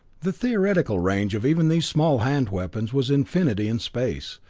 the theoretical range of even these small hand weapons was infinity in space,